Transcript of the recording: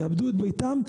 יאבדו את ביתם,